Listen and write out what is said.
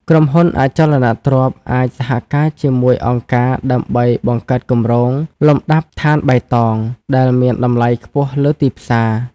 ក្រុមហ៊ុនអចលនទ្រព្យអាចសហការជាមួយអង្គការដើម្បីបង្កើតគម្រោងលំដាប់ដ្ឋានបៃតង ដែលមានតម្លៃខ្ពស់លើទីផ្សារ។